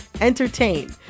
entertain